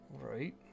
right